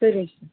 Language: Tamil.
சரிங் சார்